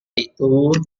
itu